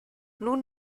nun